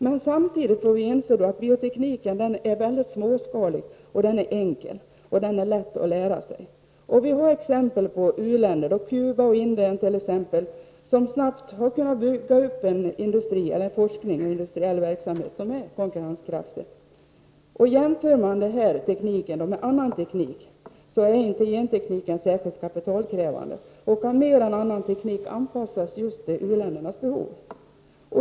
Men samtidigt får vi inse att biotekniken är småskalig, enkel och lätt att lära sig. Vi har exempel på u-länder, t.ex. Cuba och Indien, som snabbt har kunnat bygga upp en konkurrenskraftig forskning och industriell verksamhet. Jämfört med annan teknik är gentekniken inte särskilt kapitalkrävande, och den kan mer än annan teknik anpassas till u-ländernas behov.